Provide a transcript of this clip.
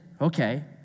okay